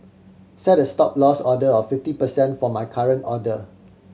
set a Stop Loss order of fifty percent for my current order